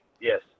yes